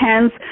hence